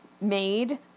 made